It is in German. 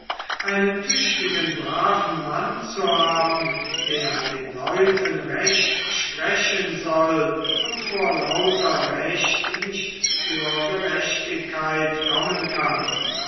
einen tüchtigen braven mann zu haben der den leuten recht sprechen soll und vor lauter recht nicht zur gerechtigkeit kommen kann